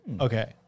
okay